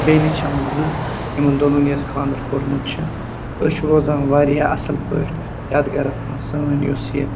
بیٚنہِ چھم زٕ یِمَن دۄنؤنی اَسہِ خاندَر کوٚرمُت چھِ أسۍ چھِ روزان واریاہ اَصٕل پٲٹھۍ یَتھ گَرَس منٛز سٲنۍ یۄس یہِ